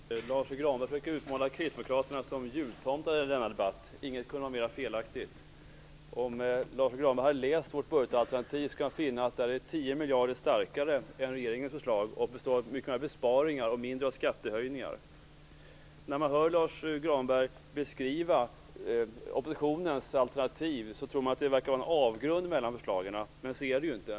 Fru talman! Lars U Granberg försöker utmåla kristdemokraterna som jultomtar i denna debatt. Inget kunde vara mer felaktigt. Om Lars U Granberg hade läst vårt budgetalternativ skulle han funnit att det är 10 miljarder starkare än regeringens förslag och består mycket mer av besparingar och mindre av skattehöjningar. När man hör Lars U Granberg beskriva oppositionens alternativ tror man att det finns en avgrund mellan förslagen. Men så är det inte.